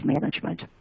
management